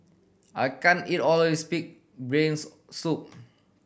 I can't eat all of this pig brains soup